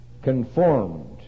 ...conformed